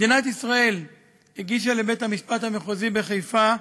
מדינת ישראל הגישה לבית-המשפט המחוזי בחיפה,